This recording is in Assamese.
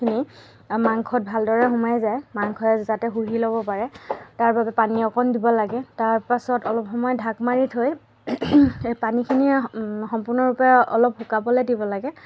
খিনি মাংসত ভালদৰে সোমাই যায় মাংসয়ে যাতে শুহি ল'ব পাৰে তাৰ বাবে পানী অকণ দিব লাগে তাৰ পাছত অলপ সময় ঢাক মাৰি থৈ পানীখিনিয়ে সম্পূৰ্ণৰূপে অলপ শুকাবলৈ দিব লাগে